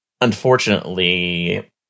unfortunately